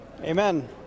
Amen